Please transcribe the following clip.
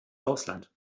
ausland